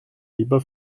lieber